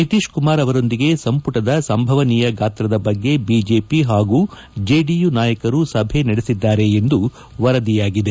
ನಿತೀಶ್ ಕುಮಾರ್ ಅವರೊಂದಿಗೆ ಸಂಪುಟದ ಸಂಭವನೀಯ ಗಾತ್ರದ ಬಗ್ಗೆ ಬಿಜೆಪಿ ಹಾಗೂ ಜೆಡಿಯು ನಾಯಕರು ಸಭೆ ನಡೆಸಿದ್ದಾರೆ ಎಂದು ವರದಿಯಾಗಿದೆ